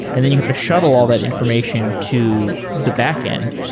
and then you have to shuttle all that information to the backend.